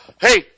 hey